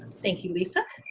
thank you lisa.